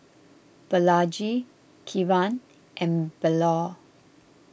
Balaji Kiran and Bellur